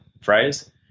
phrase